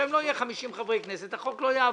אם לא יהיו 50 חברי כנסת, החוק שלא יעבור.